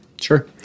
Sure